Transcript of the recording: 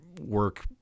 work